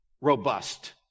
robust